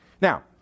Now